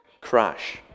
crash